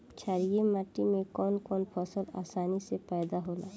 छारिया माटी मे कवन कवन फसल आसानी से पैदा होला?